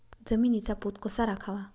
जमिनीचा पोत कसा राखावा?